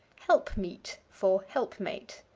helpmeet for helpmate.